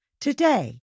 Today